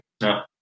No